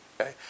Okay